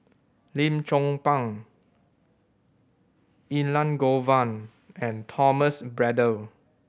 Lim Chong Pang Elangovan and Thomas Braddell